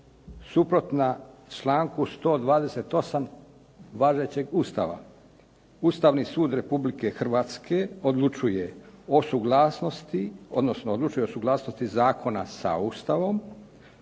suprotna članku 128. važećeg Ustava. Ustavni sud Republike Hrvatske odlučuje o suglasnosti, odnosno odlučuje o suglasnosti zakona sa Ustavom